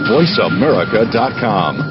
VoiceAmerica.com